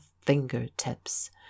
fingertips